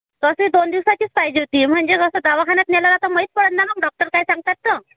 तसे दोन दिवसाचीच पाहिजे होती म्हणजे कसं दवाखान्यात नेल्यावर माहित पडणार ना डॉक्टर काय सांगतात तर